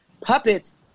puppets